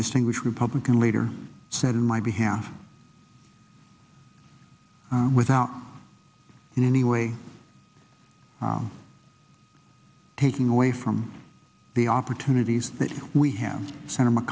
distinguished republican leader said in my behalf without in any way now taking away from the opportunities that we have sent